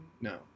No